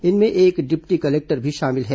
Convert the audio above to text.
इनमें एक deputy collector भी शामिल है